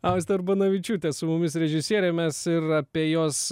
austė urbonavičiūtė su mumis režisierė mes ir apie jos